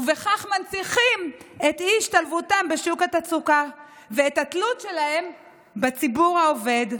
ובכך מנציחים את אי-השתלבותם בשוק התעסוקה ואת התלות שלהם בציבור העובד,